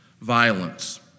violence